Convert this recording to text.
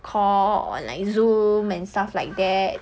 call on like zoom and stuff like that